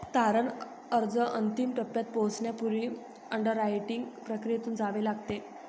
तारण अर्ज अंतिम टप्प्यात पोहोचण्यापूर्वी अंडररायटिंग प्रक्रियेतून जावे लागते